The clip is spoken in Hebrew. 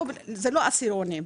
זה לא עשירונים.